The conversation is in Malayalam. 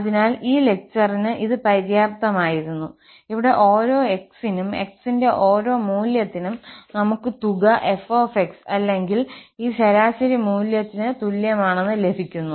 അതിനാൽ ഈ ലെക്ചറിന് ഇത് പര്യാപ്തമായിരുന്നു ഇവിടെ ഓരോ x നും x ന്റെ ഓരോ മൂല്യത്തിനും നമുക്ക് തുക f അല്ലെങ്കിൽ ഈ ശരാശരി മൂല്യത്തിന് തുല്യമാണെന്ന് ലഭിക്കുന്നു